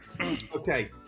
Okay